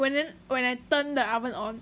when when I turn the oven on